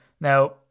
now